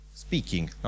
Speaking